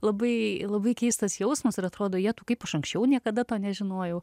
labai labai keistas jausmas ir atrodo jetau kaip aš anksčiau niekada to nežinojau